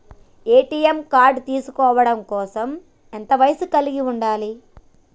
ATM card తీసుకోవడం కోసం ఎంత వయస్సు కలిగి ఉండాలి?